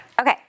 okay